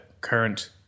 current